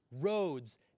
roads